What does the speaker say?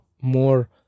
more